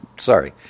sorry